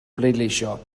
bleidleisio